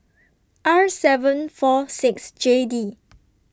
R seven four six J D